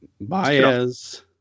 Baez